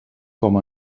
com